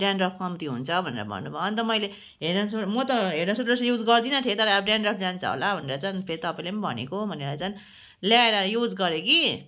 dandruff कम्ती हुन्छ भनेर भन्नुभयो अन्त मैले हेड एन्ड सोल्डर म त हेड एन्ड सोल्डर त युज गर्दिनँ थिएँ तर अब डेनड्रफ जान्छ होला भनेर चाहिँ अन्त फेरि तपाईँले पनि भनेको भनेर चाहिँ लयाएर युज गरेँ कि